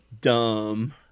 dumb